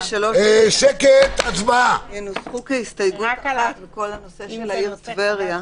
2 ו-3 נוסחו כהסתייגות אחת לכל הנושא של העיר טבריה,